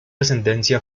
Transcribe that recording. ascendencia